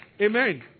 Amen